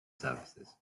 services